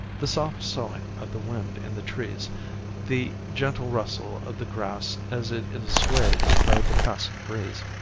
the soft soughing of the wind in the trees the gentle rustle of the grass as it is swayed by the passing breeze